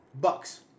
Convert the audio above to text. Bucks